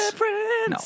No